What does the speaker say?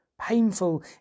painful